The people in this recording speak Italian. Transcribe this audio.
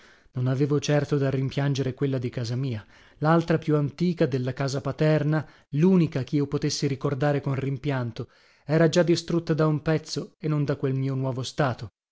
non avevo certo da rimpiangere quella di casa mia laltra più antica della casa paterna lunica chio potessi ricordare con rimpianto era già distrutta da un pezzo e non da quel mio nuovo stato